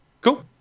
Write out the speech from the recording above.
Cool